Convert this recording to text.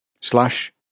slash